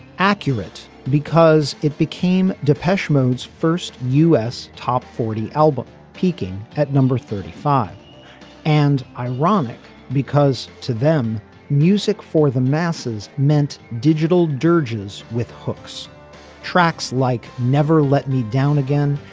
accurate because it became depeche mode as first u s. top forty album peaking at number thirty five and ironic because to them music for the masses meant digital dirge is with hooks tracks like never let me down again.